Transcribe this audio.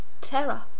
terror